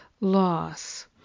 loss